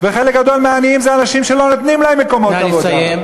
וחלק גדול מהעניים זה אנשים שלא נותנים להם מקומות עבודה.